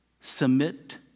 Submit